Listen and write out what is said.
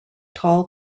tall